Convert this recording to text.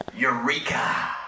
Eureka